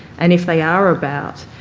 and if they are about